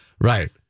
right